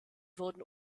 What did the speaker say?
wurden